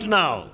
now